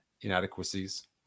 inadequacies